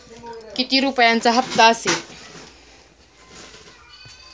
किती रुपयांचा हप्ता असेल?